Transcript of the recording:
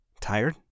Tired